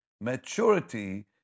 Maturity